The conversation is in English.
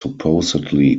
supposedly